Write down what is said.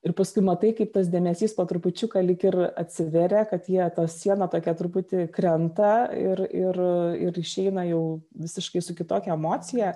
ir paskui matai kaip tas dėmesys po trupučiuką lyg ir atsiveria kad jie to siena tokia truputį krenta ir ir ir išeina jau visiškai su kitokia emocija